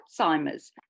Alzheimer's